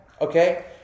okay